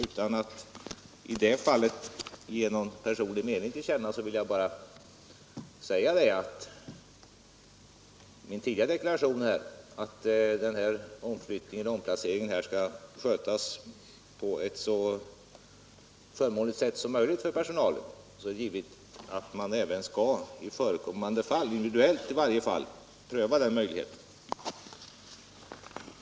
Utan att här ge någon personlig mening till känna vill jag bara säga, som i min tidigare deklaration, att omplaceringen skall skötas på ett så förmånligt sätt som möjligt för personalen, och då är det givet att man även i förekommande fall skall pröva den möjligheten.